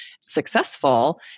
successful